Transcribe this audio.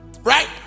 Right